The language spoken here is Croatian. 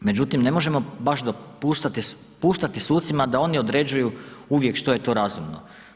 Međutim, ne možemo baš puštati sucima da oni određuju uvijek što je to razumno.